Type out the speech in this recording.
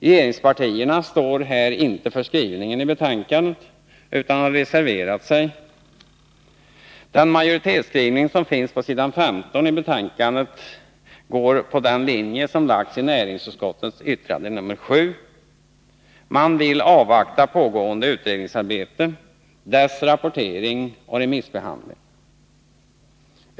Regeringspartierna står inte för skrivningen i betänkandet utan har reserverat sig. Den majoritetsskrivning som finns på s. 15 i betänkandet går på näringsutskottets linje i dess betänkande nr 7. Man vill avvakta pågående utredningsarbete, dess rapportering och remissbehandling.